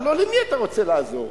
הלוא למי אתה רוצה לעזור?